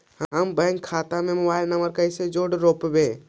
हम बैंक में खाता से मोबाईल नंबर कैसे जोड़ रोपबै?